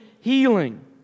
healing